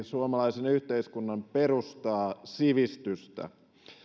suomalaisen yhteiskunnan perustaa sivistystä